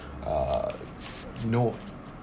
uh you know